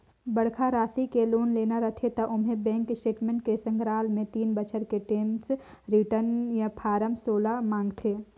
बड़खा रासि के लोन लेना रथे त ओम्हें बेंक स्टेटमेंट के संघराल मे तीन बछर के टेम्स रिर्टन य फारम सोला मांगथे